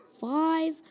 five